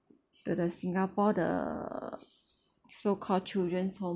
to the singapore the so-called children's home